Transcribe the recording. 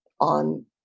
on